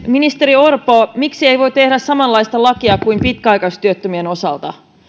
ministeri orpo miksi ei voi tehdä samanlaista lakia kuin pitkäaikaistyöttömien osalta